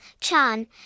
chan